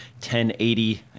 1080